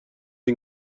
این